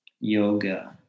yoga